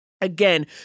Again